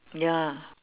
ya